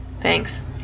Thanks